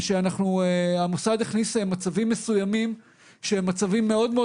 המוסד הכניס מצבים מסוימים שהם מצבים מאוד מאוד